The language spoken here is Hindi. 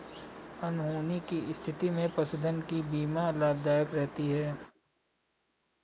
अनहोनी की स्थिति में पशुधन की बीमा लाभदायक रहती है